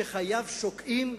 חייו שוקעים,